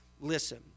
listen